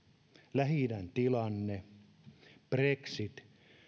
lähi idän tilanne brexit